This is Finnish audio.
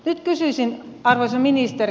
nyt kysyisin arvoisa ministeri